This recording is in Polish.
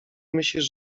myślisz